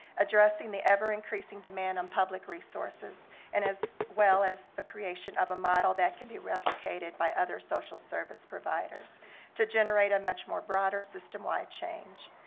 addressing the ever-increasing demand on public resources and as well as the creation of a model that can be replicated by other social service providers to generate a much more broader system-wide change.